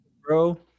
bro